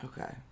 Okay